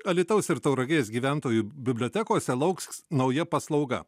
alytaus ir tauragės gyventojų bibliotekose lauks nauja paslauga